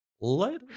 Later